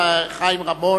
53,